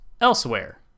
elsewhere